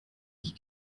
ich